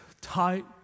tight